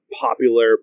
popular